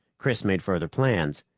chris made further plans,